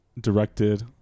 directed